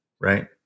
right